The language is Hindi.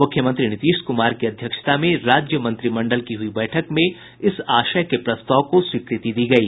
मुख्यमंत्री नीतीश कुमार की अध्यक्षता में राज्य मंत्रिमंडल की हुई बैठक में इस आशय के प्रस्ताव को स्वीकृति दी गयी